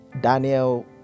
Daniel